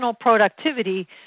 productivity